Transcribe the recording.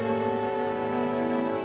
or